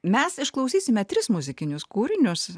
mes išklausysime tris muzikinius kūrinius